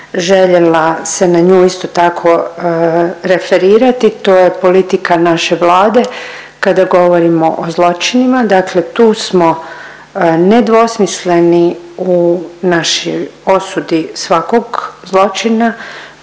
željela se na nju isto tako referirati, to je politika naše Vlade kada govorimo o zločinima. Dakle tu smo nedvosmisleni u naši osudi svakog zločina,